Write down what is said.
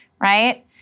right